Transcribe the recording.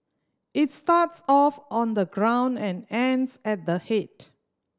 its starts off on the ground and ends at the head